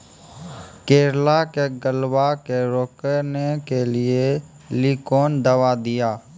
करेला के गलवा के रोकने के लिए ली कौन दवा दिया?